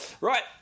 Right